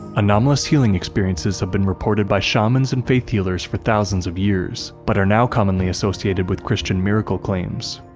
anomalous healing experiences have been reported by shamans and faith healers for thousands of years, but are now commonly associated with christian miracle claims.